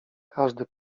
każdy